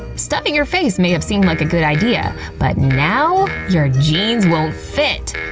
stuffing your face may have seemed like a good idea, but now your jeans won't fit!